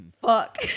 Fuck